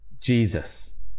jesus